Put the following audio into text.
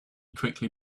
quickly